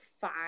five